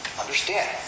understand